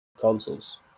consoles